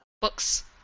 books